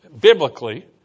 biblically